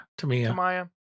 Tamaya